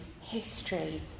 history